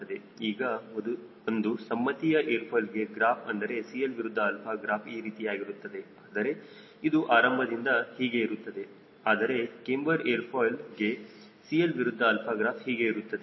ಈಗ ಒಂದು ಸಮ್ಮತಿಯ ಏರ್ ಫಾಯ್ಲ್ಗೆ ಗ್ರಾಫ್ ಅಂದರೆ CL ವಿರುದ್ಧ 𝛼 ಗ್ರಾಫ್ ಈ ರೀತಿಯಾಗಿರುತ್ತದೆ ಅಂದರೆ ಇದು ಆರಂಭದಿಂದ ಹೀಗೆ ಇರುತ್ತದೆ ಆದರೆ ಕ್ಯಾಮ್ಬರ್ ಏರ್ ಫಾಯ್ಲ್ಗೆ CL ವಿರುದ್ಧ 𝛼 ಗ್ರಾಫ್ ಹೀಗೆ ಇರುತ್ತದೆ